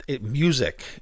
music